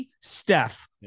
Steph